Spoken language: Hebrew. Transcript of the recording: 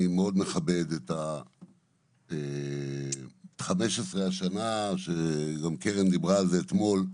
אני מאוד מכבד את 15 השנה שגם קרן דיברה על זה אתמול,